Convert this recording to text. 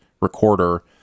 recorder